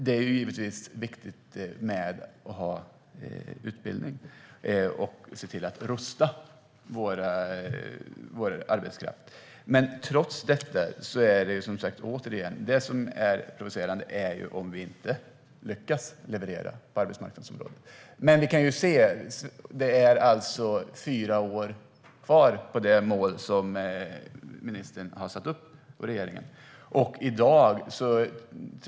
Det är givetvis viktigt att tillhandahålla utbildning och rusta vår arbetskraft. Men som sagt är det provocerande om vi inte lyckas leverera på arbetsmarknadsområdet. Det är fyra år kvar att nå det mål ministern och regeringen satt upp.